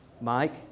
Mike